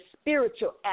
spiritual